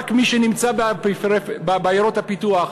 רק מי שנמצא בעיירות הפיתוח,